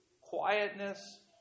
quietness